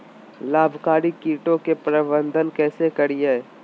लाभकारी कीटों के प्रबंधन कैसे करीये?